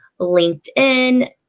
LinkedIn